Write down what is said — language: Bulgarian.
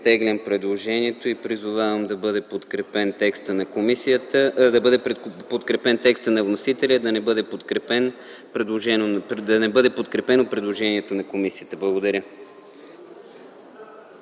оттеглям предложението и призовавам да бъде подкрепен текстът на вносителя и да не бъде подкрепено предложението на комисията. Благодаря.